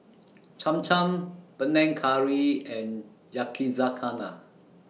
Cham Cham Panang Curry and Yakizakana